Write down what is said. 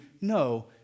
no